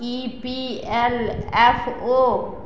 E P L F O